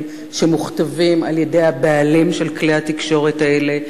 שמוכתבים על-ידי הבעלים של כלי התקשורת האלה,